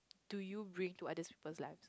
do you bring to other people life